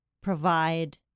provide